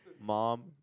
Mom